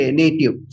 native